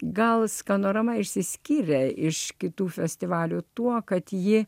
gal skanorama išsiskyrė iš kitų festivalių tuo kad ji